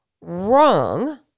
wrong